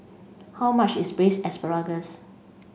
how much is Braised Asparagus